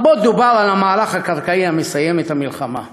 רבות דובר על המהלך הקרקעי שסיים את המלחמה.